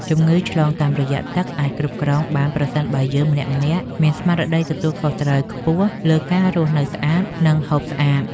ជំងឺឆ្លងតាមរយៈទឹកអាចគ្រប់គ្រងបានប្រសិនបើយើងម្នាក់ៗមានស្មារតីទទួលខុសត្រូវខ្ពស់លើការរស់នៅស្អាត និងហូបស្អាត។